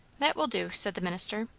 that will do, said the minister.